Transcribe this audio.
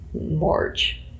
March